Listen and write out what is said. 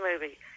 movie